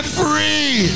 free